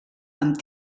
amb